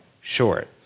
short